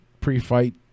pre-fight